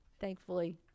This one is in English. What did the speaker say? thankfully